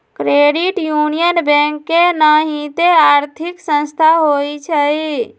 credit union bank के नाहिते आर्थिक संस्था होइ छइ